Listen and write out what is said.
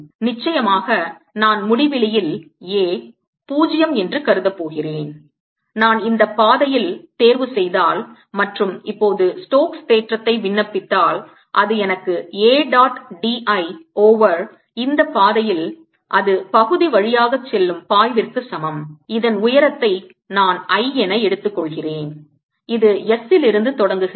நிச்சயமாக நான் முடிவிலியில் A 0 என்று கருதப்போகிறேன் நான் இந்த பாதையில் தேர்வு செய்தால் மற்றும் இப்போது ஸ்டோக்ஸ் தேற்றத்தை விண்ணப்பித்தால் அது எனக்கு A dot d I over இந்த பாதையில் அது பகுதி வழியாக செல்லும் பாய்விற்கு சமம் இதன் உயரத்தை நான் I என எடுத்துக்கொள்கிறேன் இது s இலிருந்து தொடங்குகிறது